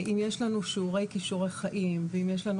אם יש לנו שיעורי כישורי חיים ואם יש לנו